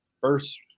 first